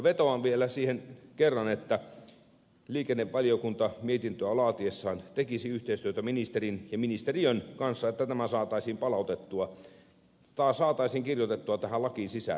vetoan vielä kerran siihen että liikennevaliokunta mietintöä laatiessaan tekisi yhteistyötä ministerin ja ministeriön kanssa että tämä saataisiin kirjoitettua tähän lakiin sisään